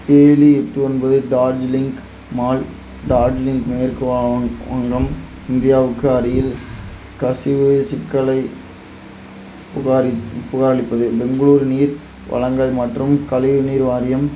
ஏழு எட்டு ஒன்பது டார்ஜிலிங் மால் டார்ஜிலிங் மேற்கு வாங் வங்கம் இந்தியாவுக்கு அருகில் கசிவு சிக்கலை புகாரில் புகாரளிப்பது பெங்களூரு நீர் வழங்கல் மற்றும் கழிவுநீர் வாரியம்